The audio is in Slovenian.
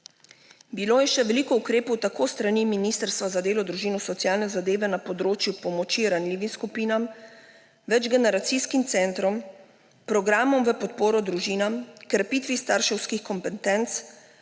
Bilo je še veliko ukrepov tako s strani Ministrstva za delo, družino, socialne zadeve na področju pomoči ranljivim skupinam, večgeneracijskim centrom, programom v podporo družinam, krepitvi starševskih kompetenc,